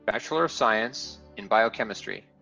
bachelor of science in biochemistry.